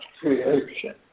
creation